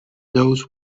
those